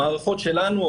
המערכות שלנו,